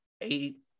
eight